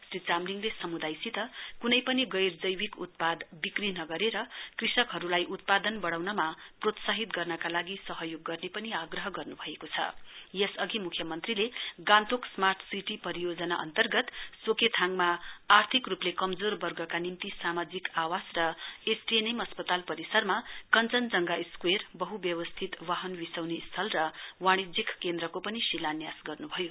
श्री चामलिङले व्यापारी समुदायसित क्नै पनि गैर जैविक उत्पादहरू विक्री नगरेर कृषकहरूलाई उत्पादन बढ़ाउनमा प्रोत्साहित गर्नका लागि सहयोग गर्ने पनि आग्रह गर्न्भएको छ यसअघि म्ख्यमन्त्रीले गान्तोक स्मार्ट सिटी परियोजना अन्तर्गत सोकेथाङमा आर्थिक रूपले कमजोर वर्गका निम्ति सामाजिक आवास र एसटिएनएम अस्पताल परिसरमा कञ्चनजगा स्कोवेर वह् व्यवस्थित वासन विसौनी स्थल र वाणिज्यक केन्द्रको पनि शिलान्यास गर्न्भयो